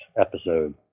episode